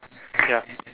ya